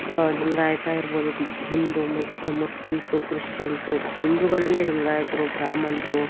ಲಿಂಗಾಯತ ಇರ್ಬೋದು Hindu Muslims Christians ಹಿಂದೂಗಳಲ್ಲೇ ಲಿಂಗಾಯತರು ಬ್ರಾಹ್ಮಣ್ರು